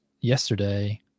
yesterday